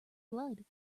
blood